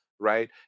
Right